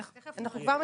תודה.